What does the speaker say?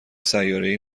سیارهای